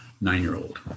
nine-year-old